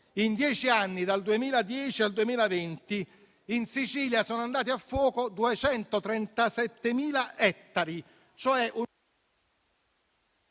In dieci anni, dal 2010 al 2020, in Sicilia sono andati a fuoco 237.000 ettari,